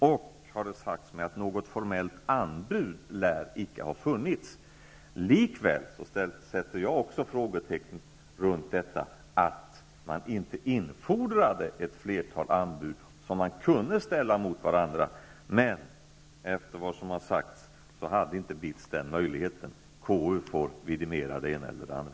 Det har sagts mig att något formellt anbud icke lär ha funnits. Likväl sätter också jag frågetecken för detta med att man inte infordrade ett flertal anbud som kunde ställas mot varandra. Enligt vad som har sagts hade BITS inte den möjligheten. Konstitutionsutskottet får vidimera det ena eller det andra.